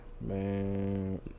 Man